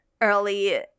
early